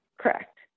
Correct